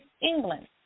England